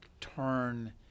turn